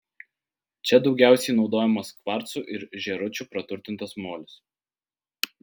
čia daugiausiai naudojamas kvarcu ir žėručiu praturtintas molis